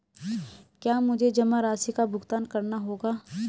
क्या मुझे जमा राशि का भुगतान करना होगा?